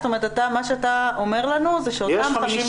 זאת אומרת מה שאתה אומר לנו זה שאותם 50